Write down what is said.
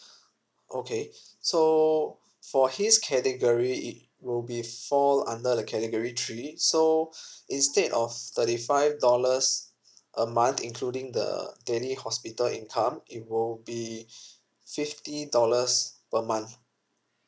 okay so for his category it will be fall under the category three so instead of thirty five dollars a month including the daily hospital income it will be fifty dollars per month